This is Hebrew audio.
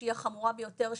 שהיא החמורה ביותר,